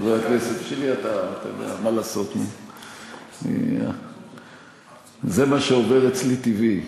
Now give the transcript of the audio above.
בשבילי אתה, מה לעשות, זה מה שעובר אצלי טבעי.